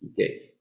Okay